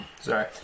Sorry